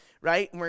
right